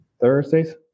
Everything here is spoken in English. Thursdays